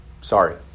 sorry